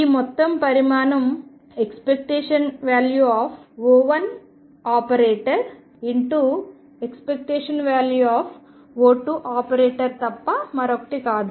ఈ మొత్తం పరిమాణం ⟨O1⟩⟨O2⟩ తప్ప మరొకటి కాదు